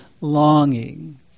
longing